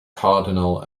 cardinal